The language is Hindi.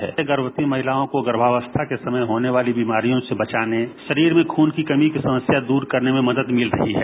इससे गर्मवती महिलाओं को गर्भावस्था के समय होने वाली बीमारियों से बचाने शरीर में खून की कमी की समस्या दूर करने में मदद मिल रही है